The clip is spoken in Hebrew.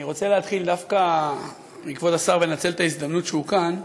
אני רוצה להתחיל דווקא מכבוד השר ולנצל את ההזדמנות שהוא כאן.